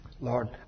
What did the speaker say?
Lord